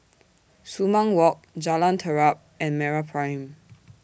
Sumang Walk Jalan Terap and Meraprime